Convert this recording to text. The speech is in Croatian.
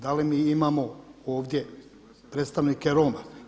Da li mi imamo ovdje predstavnike Roma?